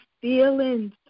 feelings